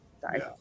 Sorry